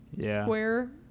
square